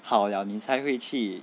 好了你才会去